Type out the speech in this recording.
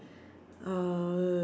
uh